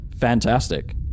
fantastic